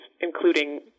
including